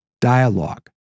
dialogue